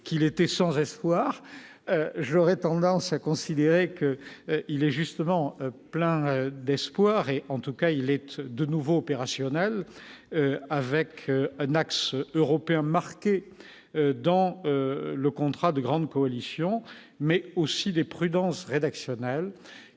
qu'il était sans reste foire, j'aurais tendance à considérer qu'il est justement plein d'espoir et en tout cas, il est de nouveau opérationnel avec un axe européen marqué dans le contrat de grande coalition, mais aussi des prudences rédactionnelle